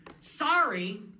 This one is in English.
sorry